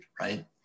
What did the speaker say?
right